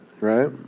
Right